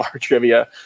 trivia